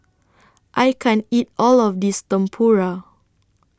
I can't eat All of This Tempura